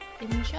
enjoy